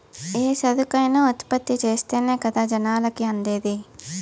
ఏ సరుకైనా ఉత్పత్తి చేస్తేనే కదా జనాలకి అందేది